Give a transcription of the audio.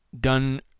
done